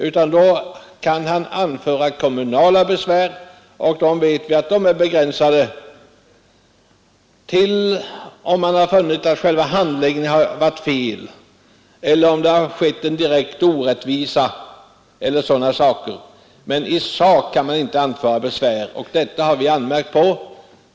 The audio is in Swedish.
Han kan anföra kommunalbesvär, men vi vet att sådana är begränsade till om det har befunnits att själva handläggningen har varit felaktig, att det har skett en direkt orättvisa eller någonting sådant. I sak kan man däremot inte anföra besvär, och detta har vi anmärkt på.